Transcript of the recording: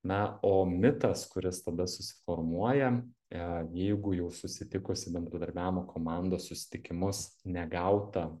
na o mitas kuris tada susiformuoja e jeigu jau susitikus į bendradarbiavimo komandos susitikimus negauta